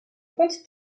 contre